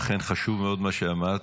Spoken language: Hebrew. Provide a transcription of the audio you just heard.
אכן חשוב מאוד מה שאמרת,